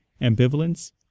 ambivalence